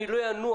אני לא אנוח,